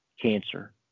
cancer